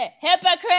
hypocrite